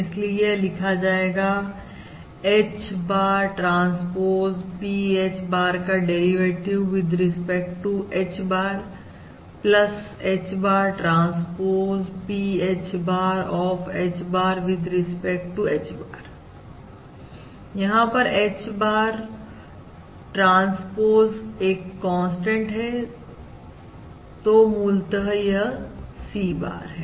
इसलिए यह लिखा जाएगा H bar transpose PH bar का derivative with respect to H bar H bar transpose PH bar of H bar with respect to H bar यहां पर H bar r transpose एक constant है तो मूलतः यह C bar है